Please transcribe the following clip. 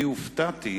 הופתעתי